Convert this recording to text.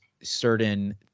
certain